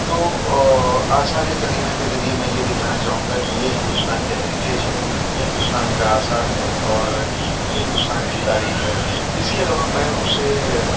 تو آثارِ قدیمہ کے ذریعے میں یہ دکھانا چاہوں گا کہ یہ ہندوستان کا ہیریٹیج ہے یہ ہندوستان کا آثار ہے اور یہ ہندوستان کی تاریخ ہے اس کے علاوہ میں اسے